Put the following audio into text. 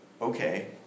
Okay